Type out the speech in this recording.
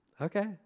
Okay